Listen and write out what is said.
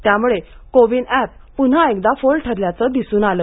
त्यामुळे कोविन अँप पुन्हा एकदा फोल ठरल्याचे दिसून आले